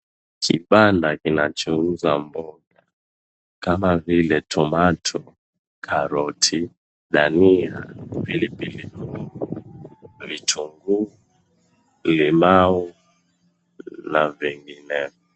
Kibanda kinacho uza mboga kama vile tomato , karoti, dania, pilipili hoho, vitunguu, mlimau na vinginevyo.